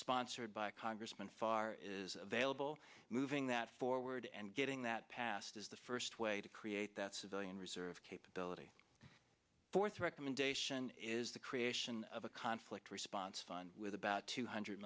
sponsored by congressman far is available moving that forward and getting that passed is the first way to create that civilian reserve capability fourth recommendation is the creation of a conflict response fund with about two hundred